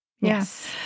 Yes